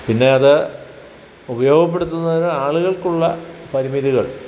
പിന്നെ അത് ഉപയോഗപ്പെടുത്തുന്നതിന് ആളുകൾക്കുള്ള പരിമിതികൾ